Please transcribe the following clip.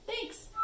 Thanks